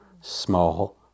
small